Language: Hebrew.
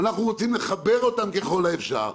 ואנחנו רוצים לחבר אותם ככל האפשר.